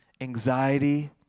anxiety